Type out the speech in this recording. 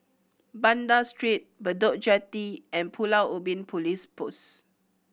Banda Street Bedok Jetty and Pulau Ubin Police Post